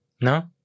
No